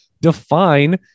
define